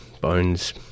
bones